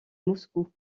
moscou